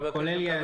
כולל יעדים,